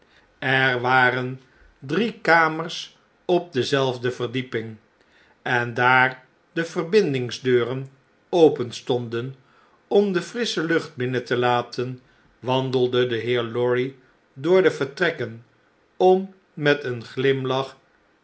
er waren drie kamers op dezelfde verdieping en daar de verbindingsdeuren openstonden om de frissche lucht binnen te laten wandelde de heer lorry door de vertrekken om met een glimlach